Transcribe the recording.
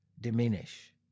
diminish